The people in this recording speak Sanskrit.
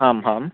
आम् आम्